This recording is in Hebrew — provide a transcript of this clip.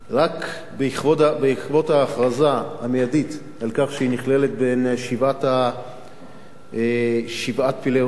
רק בעקבות ההכרזה המיידית על כך שהיא נכללת בין שבעת פלאי עולם,